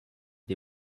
die